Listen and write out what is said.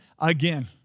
again